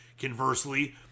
conversely